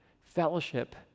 fellowship